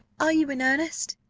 are you in earnest?